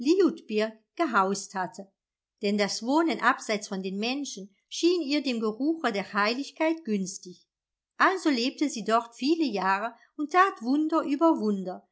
gehaust hatte denn das wohnen abseits von den menschen schien ihr dem geruche der heiligkeit günstig also lebte sie dort viele jahre und tat wunder über wunder